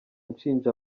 nshinja